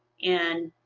and